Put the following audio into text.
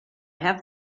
have